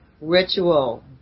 ritual